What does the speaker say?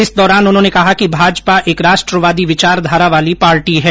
इस दौरान उन्होंने कहा कि भाजपा एक राष्ट्रवादी विचारधारा वाली पार्टी है